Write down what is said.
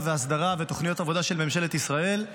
והסדרה ותכניות הסדרה של ממשלת ישראל,